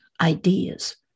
ideas